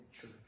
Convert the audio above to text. church